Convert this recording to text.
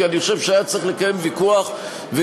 כי אני חושב שהיה צריך לקיים ויכוח ודיון